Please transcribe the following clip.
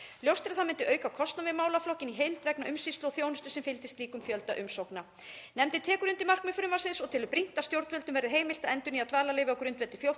Ljóst er að það myndi auka kostnað við málaflokkinn í heild vegna umsýslu og þjónustu sem fylgdi slíkum fjölda umsókna. Nefndin tekur undir markmið frumvarpsins og telur brýnt að stjórnvöldum verði heimilt að endurnýja dvalarleyfi á grundvelli